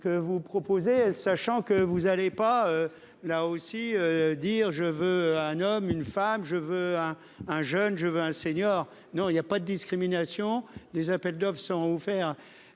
que vous proposez. Sachant que vous allez pas là aussi dire je veux un homme une femme, je veux un, un jeune je veux un senior. Non il y a pas de discrimination des appels d'offres sans faire